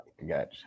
gotcha